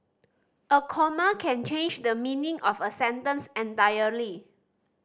a comma can change the meaning of a sentence entirely